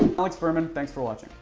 alex burman, thanks for watching.